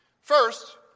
First